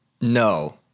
No